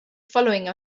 following